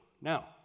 Now